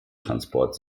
transport